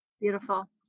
Beautiful